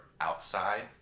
outside